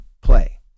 play